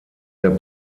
der